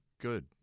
Good